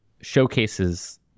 showcases